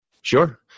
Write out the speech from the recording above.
Sure